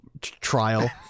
trial